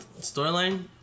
Storyline